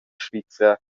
svizra